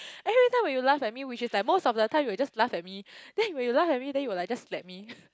everytime when you laugh at me which is like most of the time you will just laugh at me then when you laugh at me then you will like just let me